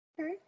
Okay